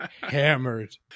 hammered